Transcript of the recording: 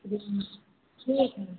अब इतना ठीक है